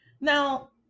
Now